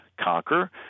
conquer